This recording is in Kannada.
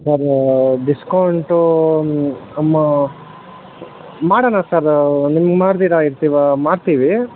ಸರ್ ಡಿಸ್ಕೌಂಟು ಮಾಡೋಣ ಸರ್ ನಿಮ್ಗೆ ಮಾಡ್ದಿರಾ ಇರ್ತೀವಾ ಮಾಡ್ತೀವಿ